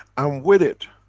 um with it,